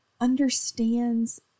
understands